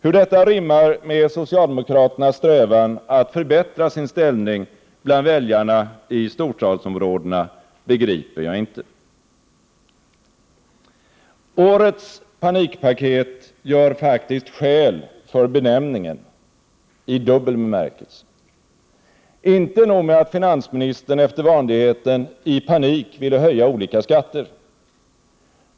Hur detta rimmar med socialdemokraternas strävan att förbättra sin ställning bland väljarna i storstadsområdena begriper jag inte. Årets panikpaket gör faktiskt skäl för benämningen i dubbel bemärkelse. Inte nog med att finansministern efter vanligheten i panik ville höja olika skatter.